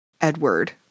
Edward